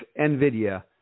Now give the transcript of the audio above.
NVIDIA